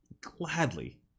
gladly